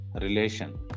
Relation